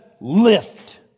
lift